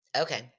Okay